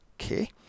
okay